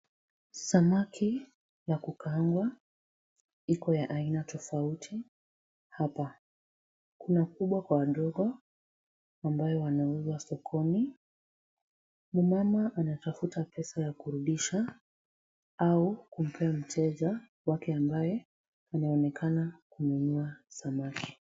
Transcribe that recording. Samaki ya kukaangwa. Iko ya aina tofauti hapa. Kuna kubwa kwa wadogo ambayo wanauzwa sokoni. Mmama anatafuta pesa ya kurudisha, au kumpea mteja wake ambaye anaonekana kununua samaki.